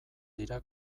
dira